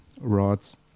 rods